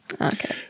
Okay